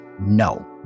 no